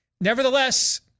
Nevertheless